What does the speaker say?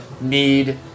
need